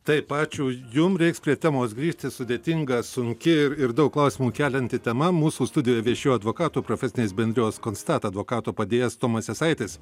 taip ačiū jum reiks prie temos grįžti sudėtinga sunki ir ir daug klausimų kelianti tema mūsų studijoj viešėjo advokatų profesinės bendrijos konstata advokato padėjėjas tomas jasaitis